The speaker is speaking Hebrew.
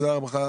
תודה רבה לך,